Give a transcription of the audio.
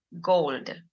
gold